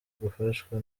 gufashwa